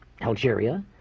Algeria